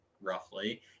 roughly